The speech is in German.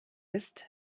ist